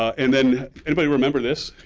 and then anybody remember this?